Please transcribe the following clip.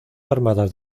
armadas